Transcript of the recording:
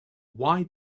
why